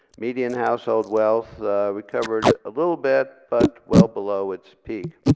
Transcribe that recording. median household wealth recovered a little bit, but well below its peak.